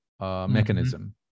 mechanism